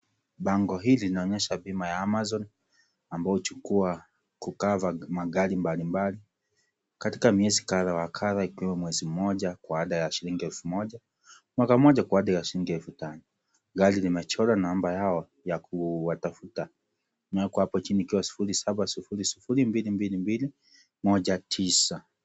Bango hili linaonyesha bima ya Amazon, ambao huchukua kuCover magari mbalimbali katika miezi kadha wa kadha ikiwa mwezi mmoja kwa ada ya shilingi elfu moja mwaka mmoja kwa ada ya shilingi elfu tano, gari limechorwa na namba yao ya kuwatafuta imeekwa hapo chini ikiwa 07000222219